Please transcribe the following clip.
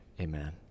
amen